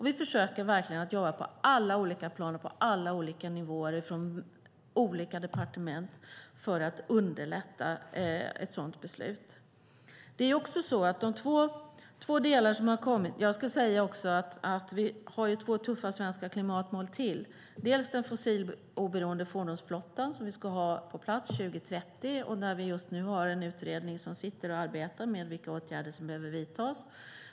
Vi försöker verkligen att jobba på alla olika plan och på alla olika nivåer från olika departement för att underlätta ett sådant beslut. Vi har ytterligare två tuffa svenska klimatmål. Dels ska vi ha en fossiloberoende fordonsflotta på plats 2030, och vi har just nu en utredning som arbetar med vilka åtgärder som behöver vidtas.